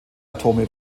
atome